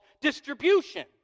distribution